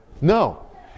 no